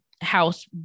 House